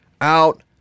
Out